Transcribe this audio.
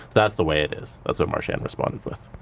that's the way it is. that's what marchand responded with.